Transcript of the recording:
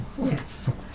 Yes